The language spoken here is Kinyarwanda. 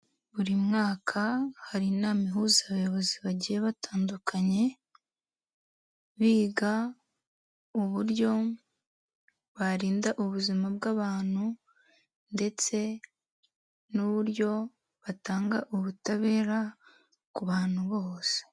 Buri mwaka hari inama ihuza abayobozi bagiye batandukanye, biga uburyo barinda ubuzima bw'abantu ndetse n'uburyo batanga ubutabera ku bantu bose.